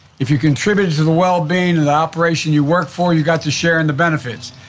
if you contributed to the wellbeing and the operation you worked for, you got to share in the benefits.